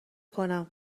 کنم